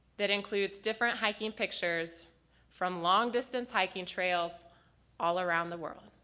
that includes different hiking pictures from long-distance hiking trails all around the world.